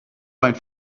find